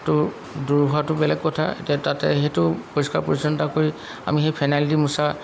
তো দূৰ হোৱাটো বেলেগ কথা এতিয়া তাতে সেইটো পৰিষ্কাৰ পৰিচ্ছন্নতা কৰি আমি সেই ফেনাইল দি মোচা